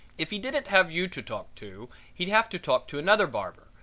if he didn't have you to talk to he'd have to talk to another barber,